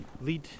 lead